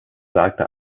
sagte